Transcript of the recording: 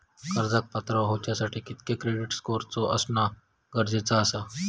कर्जाक पात्र होवच्यासाठी कितक्या क्रेडिट स्कोअर असणा गरजेचा आसा?